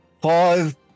five